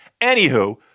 Anywho